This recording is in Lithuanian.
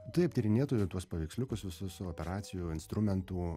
taip tyrinėtojui tuos paveiksliukus visus operacijų instrumentų